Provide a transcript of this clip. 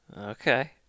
Okay